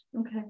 Okay